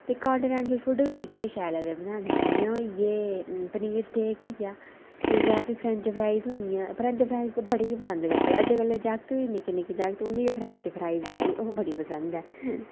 ते continental food बी मिगी गै शैल लगदा बनाने गी पनीर सटेक होई गेआ जां फ्ही फ्रैंच फ्राईज़ होईं गेआ फ्रैंच फ्राईज़ ते बड़ा गै पसंद करदे अज्जै कल्लै दे जाक्त बी निक्के निक्के जाक्त बी फ्रैंच फ्राईज़ भाई ओह् बड़े पसंद ऐ